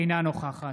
אינו נוכח